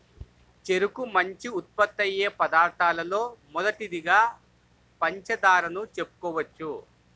చెరుకు నుంచి ఉత్పత్తయ్యే పదార్థాలలో మొదటిదిగా పంచదారను చెప్పుకోవచ్చు